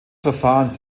verfahrens